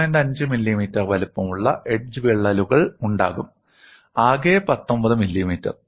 5 millimetre വലുപ്പമുള്ള edge വിള്ളലുകൾ ഉണ്ടാകും ആകെ 19 മില്ലിമീറ്റർ